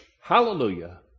Hallelujah